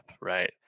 right